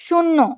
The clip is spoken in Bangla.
শূন্য